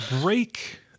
break